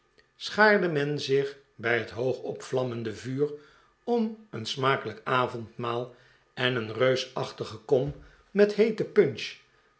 schaarde men zich bij het hoog opvlammende vuur om een smakelijk avondmaal en een reusachtige kom met heete punch